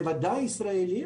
בוודאי בישראל,